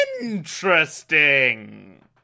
Interesting